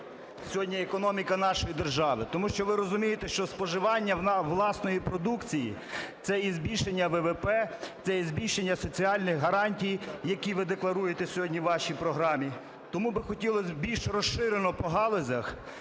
сьогодні економіка нашої держави. Тому що, ви розумієте, що споживання власної продукції – це і збільшення ВВП, це і збільшення соціальних гарантій, які ви декларуєте сьогодні у вашій програмі. Тому хотілося більш розширено по галузях